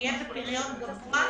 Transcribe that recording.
נהיה בפריון גבוה,